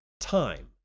Time